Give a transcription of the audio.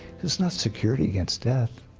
it's not security against death,